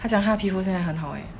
Drunk Elephant 她讲她皮肤真的很好 eh